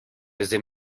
desde